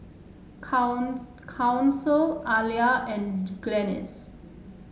Council Alia and Glennis